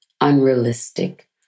unrealistic